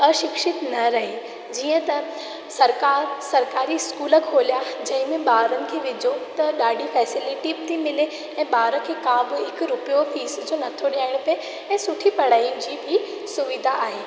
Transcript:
अशिक्षित न रहे जीअं त सरकार सरकारी स्कूल खोलिया जंहिं में ॿारनि खे विझो त ॾाढी फेसेलिटी बि थी मिले ऐं ॿार खे का बि हिकु रुपयो बि फीस जो नथो ॾियणो पए ऐं सुठी पढ़ाई जी बि सुविधा आहे